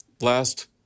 last